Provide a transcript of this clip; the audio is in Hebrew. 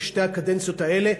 בשתי הקדנציות האלה,